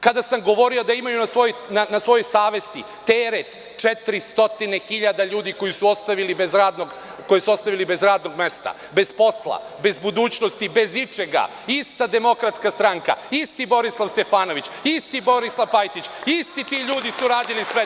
Kada sam govorio da imaju na svojoj savesti teret 400 hiljada ljudi koje su ostavili bez radnog mesta, bez posla, bez budućnosti, bez ičega, ista Demokratska stranka, isti Borislav Stefanović, isti Borislav Pajtić, isti ti ljudi su radili sve to.